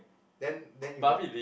then then you got